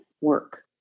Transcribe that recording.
work